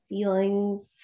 Feelings